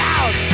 Out